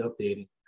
updating